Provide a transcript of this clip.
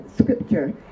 scripture